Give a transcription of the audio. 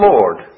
Lord